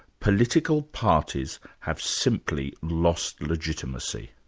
political parties have simply lost legitimacy?